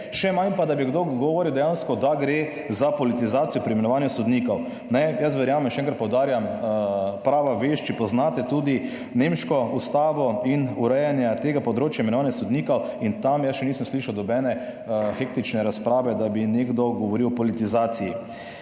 še manj pa da bi kdo dejansko govoril, da gre za politizacijo pri imenovanju sodnikov. Jaz verjamem, še enkrat poudarjam, prava vešči poznate tudi nemško ustavo in urejanje tega področja, imenovanja sodnikov, in tam jaz še nisem slišal nobene hektične razprave, da bi nekdo govoril o politizaciji.